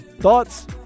Thoughts